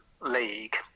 league